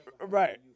Right